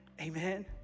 Amen